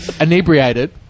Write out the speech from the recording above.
inebriated